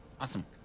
Awesome